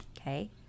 okay